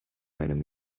einem